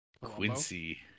Quincy